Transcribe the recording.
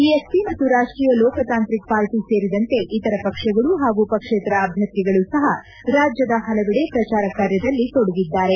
BSP ಮತ್ತು Rashtriya Loktantrik party ಸೇರಿದಂತೆ ಇತರ ಪಕ್ಷಗಳು ಹಾಗೂ ಪಕ್ಷೇತರ ಅಭ್ಯರ್ಥಿಗಳು ಸಹ ರಾಜ್ಲದ ಹಲವೆಡೆ ಪ್ರಚಾರ ಕಾರ್ಯದಲ್ಲಿ ತೊಡಗಿದ್ದಾರೆ